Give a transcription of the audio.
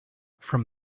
from